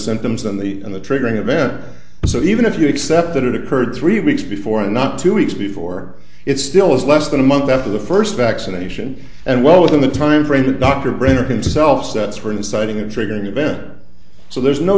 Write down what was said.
symptoms and the triggering event so even if you accept that it occurred three weeks before and not two weeks before it still is less than a month after the first vaccination and well within the timeframe that dr brenner himself sets for inciting a triggering event so there's no